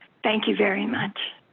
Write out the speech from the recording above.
thank you very much.